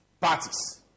parties